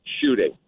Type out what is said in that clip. shooting